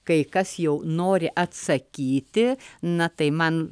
kai kas jau nori atsakyti na tai man